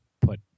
put